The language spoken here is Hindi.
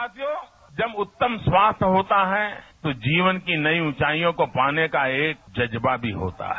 साथियों जब उत्तम स्वास्थ्य होता है तो जीवन की नई ऊंचाईयों को पाने का एक जज्बा भी होता है